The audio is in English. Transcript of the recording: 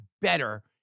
better